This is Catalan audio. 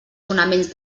fonaments